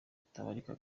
butabarika